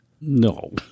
No